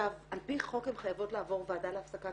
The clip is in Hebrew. על פי חוק הן חייבות לעבור ועדה להפסקת